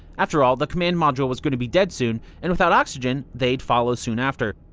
after all, the command module was going to be dead soon and without oxygen they'd follow soon after.